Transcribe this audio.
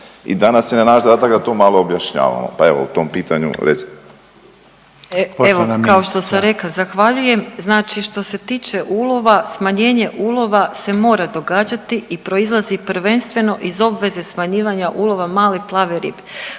**Reiner, Željko (HDZ)** Poštovana ministrica. **Vučković, Marija (HDZ)** Evo kao što sam rekla zahvaljujem, znači što se tiče ulova, smanjenje ulova se mora događati i proizlazi prvenstveno iz obveze smanjivanja ulova male plave ribe.